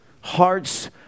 Hearts